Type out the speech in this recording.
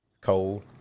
cold